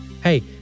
Hey